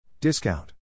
Discount